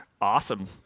awesome